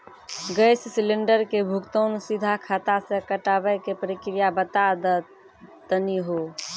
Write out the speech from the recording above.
Gas cylinder के भुगतान सीधा खाता से कटावे के प्रक्रिया बता दा तनी हो?